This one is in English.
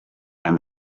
and